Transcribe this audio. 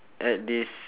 add this